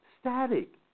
static